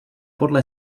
podle